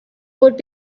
would